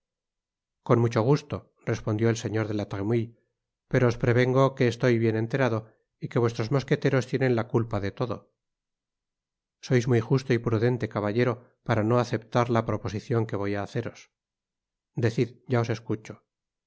con mucho gusto respondió el señor de la tremouille pero os prevengo que estoy bien enterado y que vuestros mosqueteros tienen la culpa de todo sois muy justo y prudente caballero para no aceptar la proposicion que voy á haceros decid ya os escucho